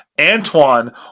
Antoine